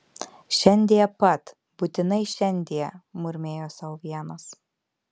šiandie pat būtinai šiandie murmėjo sau vienas